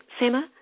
Sima